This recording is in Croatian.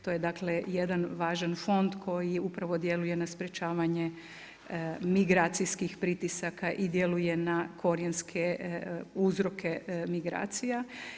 To je dakle jedan važan fond koji upravo djeluje na sprječavanje migracijskih pritisaka i djeluje na korijenske uzroke migracija.